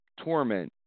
torment